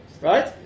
Right